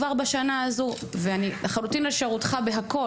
כבר בשנה הזו ואני לחלוטין לשירותך בהכל